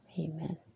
Amen